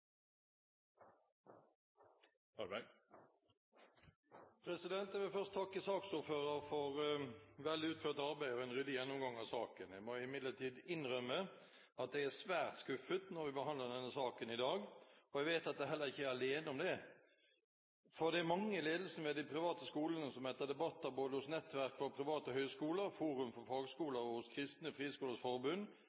Jeg vil først takke saksordføreren for vel utført arbeid og en ryddig gjennomgang av saken. Jeg må imidlertid innrømme at jeg er svært skuffet når vi behandler denne saken i dag. Jeg vet at jeg heller ikke er alene om det, for det er mange i ledelsen ved de private skolene som etter debatter hos både Nettverk for private høyskoler, Forum for